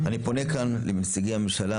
אני פונה כאן לנציגי הממשלה,